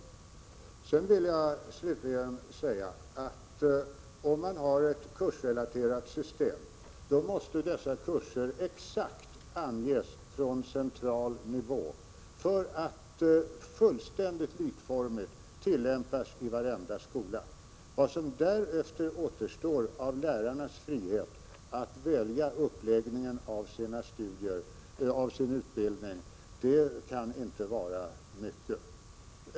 Slutligen vill jag säga att om man har ett kursrelaterat system, måste dessa kurser exakt anges från central nivå för att tillämpas fullständigt likformigt i varenda skola. Vad som därefter återstår av lärarnas frihet att välja uppläggning av sin undervisning kan inte vara mycket.